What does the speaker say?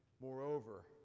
Moreover